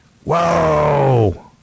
Whoa